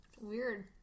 Weird